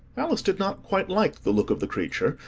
alice did not quite like the look of the creature,